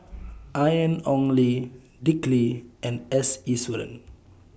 Ian Ong Li Dick Lee and S Iswaran